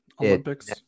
Olympics